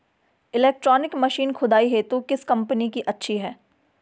Electronic machine खुदाई हेतु किस कंपनी की अच्छी है?